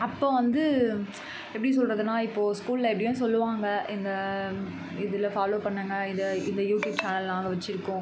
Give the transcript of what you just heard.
அப்போ வந்து எப்படி சொல்கிறதுன்னா இப்போது ஸ்கூல்ல எப்படியும் சொல்லுவாங்கள் இந்த இதில் ஃபாலோ பண்ணுங்கள் இதை இந்த யூடியூப் சேனல் நாங்கள் வச்சிருக்கோம்